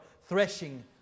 threshing